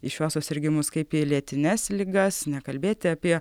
į šiuos susirgimus kaip į lėtines ligas nekalbėti apie